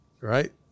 right